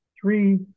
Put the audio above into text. three